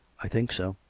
i think so.